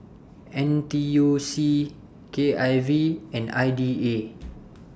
N T U C K I V and I D A